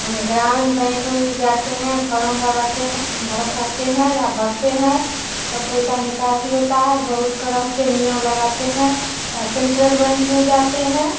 हम ग्रामीण बैंक में भी जाते हैं फरम भरा आते हैं भरवाते हैं या भरते हैं तो पैसा निकासी होता है बहुत तरह के नियम लगाते हैं ये सेन्ट्रल बैंक में जाते हैं